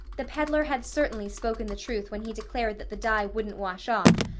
the peddler had certainly spoken the truth when he declared that the dye wouldn't wash off,